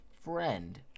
friend